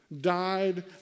died